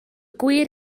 gwir